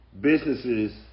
businesses